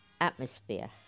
atmosphere